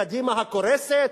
מקדימה הקורסת,